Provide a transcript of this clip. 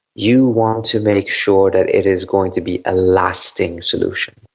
you want to make sure that it is going to be a lasting solution.